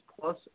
plus